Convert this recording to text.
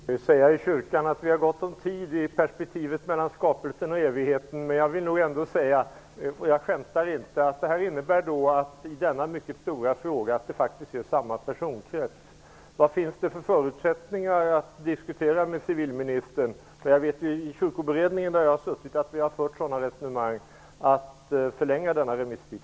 Fru talman! I kyrkan brukar vi säga att vi har gått om tid, i perspektivet mellan skapelsen och evigheten. Men jag vill nog ändå säga -- och jag skämtar inte -- att det innebär att det i denna mycket stora fråga faktiskt är samma personkrets som tidigare. Vad finns det för förutsättningar att diskutera detta med civilministern? I Kyrkoberedningen, där jag suttit med, har vi fört resonemang om att förlänga denna remisstid.